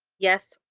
yes.